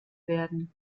werden